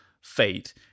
fate